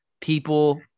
people